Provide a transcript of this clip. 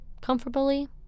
comfortably